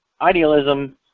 idealism